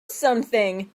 something